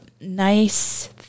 nice